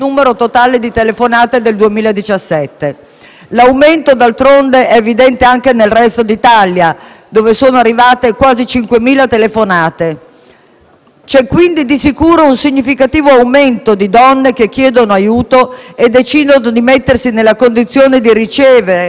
L'aumento, d'altronde, è evidente anche nel resto d'Italia, dove sono arrivate quasi 5.000 telefonate. C'è quindi di sicuro un significativo aumento delle donne che chiedono aiuto e decidono di mettersi nella condizione di sperare di ricevere assistenza.